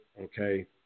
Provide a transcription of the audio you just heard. okay